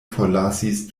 forlasis